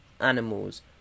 animals